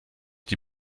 die